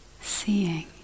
seeing